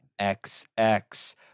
XX